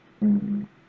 mm